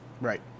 Right